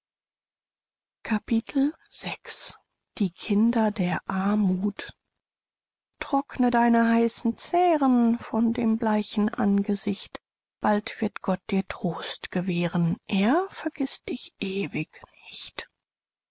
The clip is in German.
die kinder der armuth trockne deine heißen zähren von dem bleichen angesicht bald wird gott dir trost gewähren er vergißt dich ewig nicht